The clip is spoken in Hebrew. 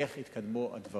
איך התקדמו הדברים